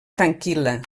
tranquil·la